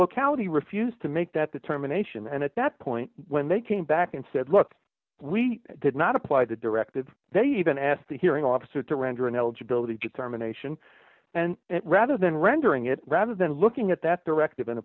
locality refused to make that determination and at that point when they came back and said look we did not apply the directive they even asked the hearing officer to render ineligibility determination and rather than rendering it rather than looking at that directive and